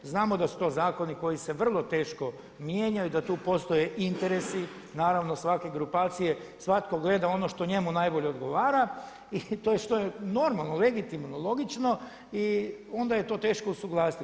Znamo da su to zakoni koji se vrlo teško mijenjaju i da tu postoji interesi naravno svake grupacije, svatko gleda ono što njemu najbolje odgovara i to što je normalno, legitimno, logično i onda je to teško usuglasiti.